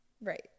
Right